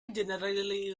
generally